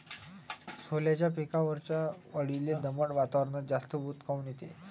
सोल्याच्या पिकावरच्या अळीले दमट वातावरनात जास्त ऊत काऊन येते?